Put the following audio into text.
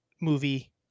Movie